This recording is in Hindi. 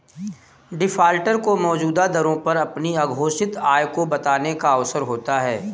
डिफाल्टर को मौजूदा दरों पर अपनी अघोषित आय को बताने का अवसर होता है